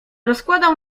rozkładał